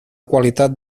qualitat